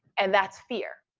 and that's fear.